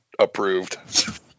approved